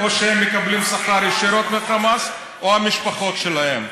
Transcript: או שהם מקבלים שכר ישירות מחמאס או המשפחות שלהם,